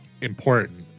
important